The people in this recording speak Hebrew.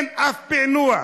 אין אף פענוח.